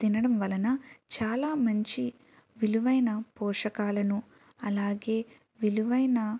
తినడం వలన చాలా మంచి విలువైన పోషకాలను అలాగే విలువైన